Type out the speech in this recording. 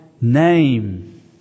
name